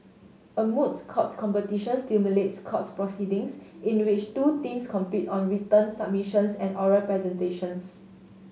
a moots courts competition simulates courts proceedings in a which two teams compete on written submissions and oral presentations